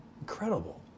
Incredible